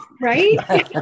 Right